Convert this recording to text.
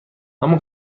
اما